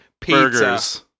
Pizza